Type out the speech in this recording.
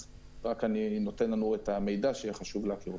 אז רק אני נותן את המידע שחשוב לנו.